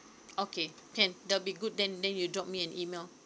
okay can that will be good then then you drop me an email